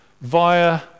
Via